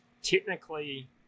technically